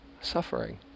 suffering